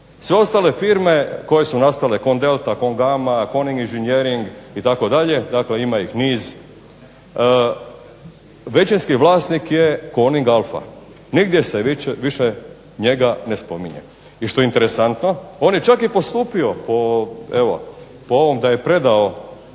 Sve ostale firme koje su nastale Con Delta, Con Gama, Coning Inženjering, itd., dakle ima ih niz, većinski vlasnik je Coning Alfa. Nigdje se više njega ne spominje. I što je interesantno, on je čak i postupio po evo, po ovom da je predao,